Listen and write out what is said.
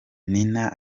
nina